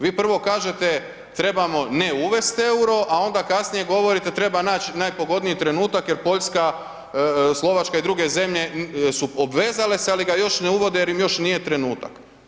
Vi prvo kažete trebamo ne uvest euro a onda kasnije govorite treba naći najpogodniji trenutak jer Poljska, Slovačka i druge zemlje su obvezale se ali ga još ne uvode jer im još nije trenutak.